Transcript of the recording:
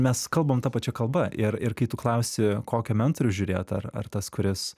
mes kalbam ta pačia kalba ir ir kai tu klausi kokią mentorių žiūrėt ar ar tas kuris